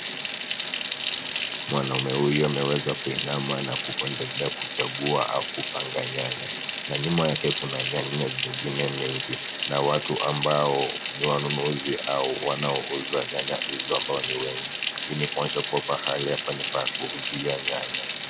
Mwanaume huyu ameweza kuinama na kuendelea kuchagua au kupanga nyanya na nyuma yake kuna nyanya zingine mingi na watu ambao ni wanunuzi au wanaouza nyanya hizo ambao ni wengi. Hii ni kuonyesha kuwa pahali hapa ni pa kuuzia nyanya.